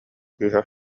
кыыһа